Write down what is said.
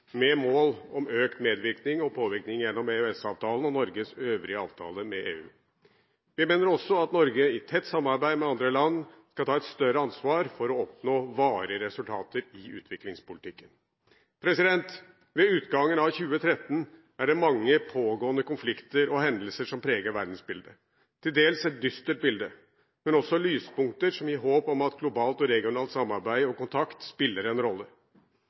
med mål om økt medvirkning og påvirkning gjennom EØS-avtalen og Norges øvrige avtaler med EU. Vi mener også at Norge, i tett samarbeid med andre land, skal ta et større ansvar for å oppnå varige resultater i utviklingspolitikken. Ved utgangen av 2013 er det mange pågående konflikter og hendelser som preger verdensbildet. Det er til dels et dystert bilde, men også lyspunkter som gir håp om at globalt og regionalt samarbeid og kontakt spiller en rolle.